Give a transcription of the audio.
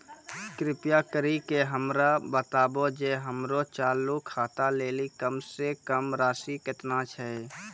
कृपा करि के हमरा बताबो जे हमरो चालू खाता लेली कम से कम राशि केतना छै?